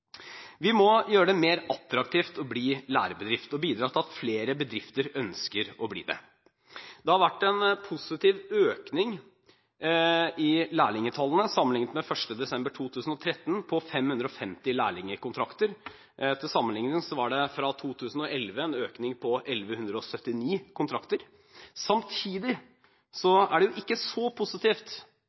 Vi må gjøre det mer attraktivt å bli lærebedrift og bidra til at flere bedrifter ønsker å bli det. Det har vært en positiv økning i lærlingtallene sammenlignet med 1. desember 2013, på 550 lærlingkontrakter. Til sammenligning var det fra 2011 en økning på 1 179 kontrakter. Samtidig er det ikke så positivt